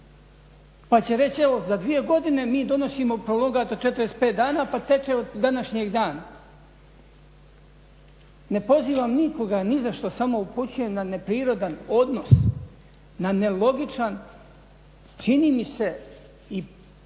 pa će reći evo za 2 godine mi donosimo prolongat od 45 dana pa teče od današnjeg dana. Ne prozivam nikoga nizašto samo upućujem na neprirodan odnos, na nelogičan čini mi se i